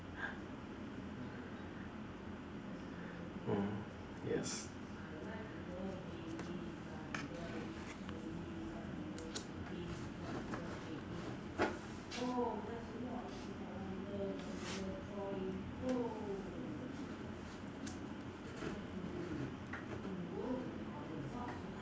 mm yes